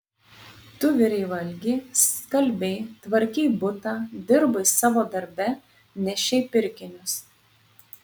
tu virei valgi skalbei tvarkei butą dirbai savo darbe nešei pirkinius